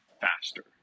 faster